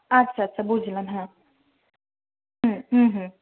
আচ্ছা আচ্ছা বুঝলাম হ্যাঁ হুম হুম হুম